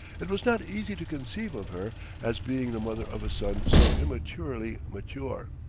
it was not easy to conceive of her as being the mother of a son so immaturely mature.